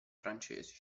francesi